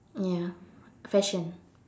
ya fashion